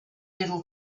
little